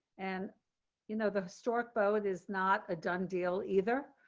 and you know the stork both is not a done deal either.